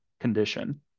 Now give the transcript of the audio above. condition